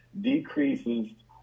decreases